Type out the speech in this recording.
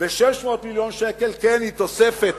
ו-600 מיליון שקל הם תוספת